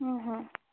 হু হু